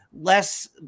less